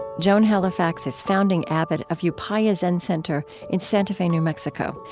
joan halifax is founding abbot of yeah upaya zen center in santa fe, new mexico,